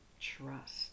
trust